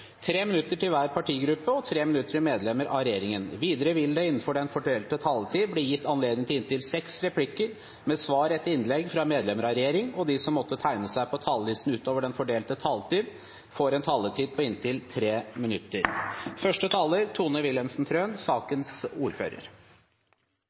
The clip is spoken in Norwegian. minutter til hver partigruppe og 3 minutter til medlemmer av regjeringen. Videre vil det – innenfor den fordelte taletid – bli gitt anledning til inntil seks replikker med svar etter innlegg fra medlemmer av regjeringen, og de som måtte tegne seg på talerlisten utover den fordelte taletid, får også en taletid på inntil 3 minutter.